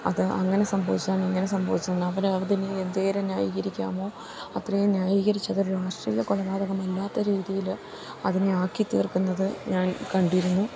അത് അങ്ങനെ സംഭവിച്ചതാണ് ഇങ്ങനെ സംഭവിച്ചതാണ് അവര് അതിനെ എന്തോരം ന്യായീകരിക്കാമോ അത്രയും ന്യായീകരിച്ചതൊരു രാഷ്ട്രീയ കൊലപാതകമല്ലാത്ത രീതിയില് അതിനെ ആക്കിത്തീർക്കുന്നതു ഞാൻ കണ്ടിരുന്നു